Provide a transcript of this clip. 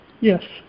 Yes